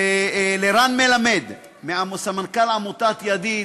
לרן מלמד, סמנכ"ל עמותת "ידיד",